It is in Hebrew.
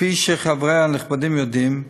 כפי שחברי הנכבדים יודעים,